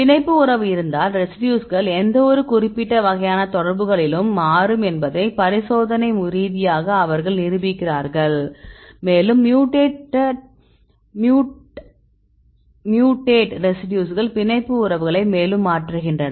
பிணைப்பு உறவு இருந்தால் ரெசிடியூஸ்கள் எந்தவொரு குறிப்பிட்ட வகையான தொடர்புகளிலும் மாறும் என்பதை பரிசோதனை ரீதியாக அவர்கள் நிரூபிக்கிறார்கள் மேலும் மியூடேட் ரெசிடியூஸ்கள் பிணைப்பு உறவுகளை மேலும் மாற்றுகின்றன